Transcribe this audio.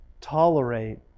tolerate